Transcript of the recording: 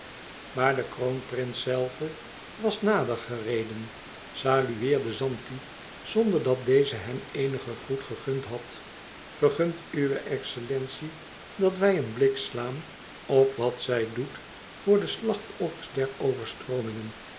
maar de kroonprins zelve was nadergereden salueerde zanti zonderdat deze hem eenigen groet gegund had ergunt we xcellentie dat wij een blik slaan op wat zij doet voor de slachtoffers der overstroomingen